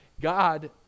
God